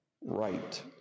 right